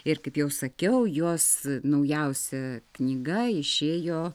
ir kaip jau sakiau jos naujausia knyga išėjo